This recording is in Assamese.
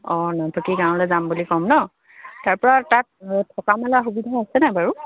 অঁ নামফাকে গাঁৱলৈ যাম বুলি ক'ম নহ্ তাৰপৰা তাত থকা মেলাৰ সুবিধা আছেনে বাৰু